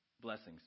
blessings